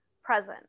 present